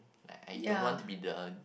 like I don't want to be the